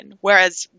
whereas